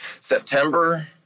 September